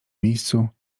miejscu